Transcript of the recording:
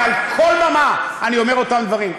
מעל כל במה אני אומר אותם דברים.